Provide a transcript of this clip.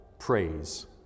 Praise